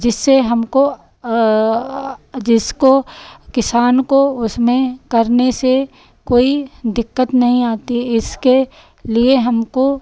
जिससे हमको जिसको किसान को उसमें करने से कोई दिक्कत नहीं आती इसके लिए हमको